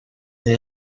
neu